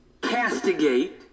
castigate